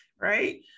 right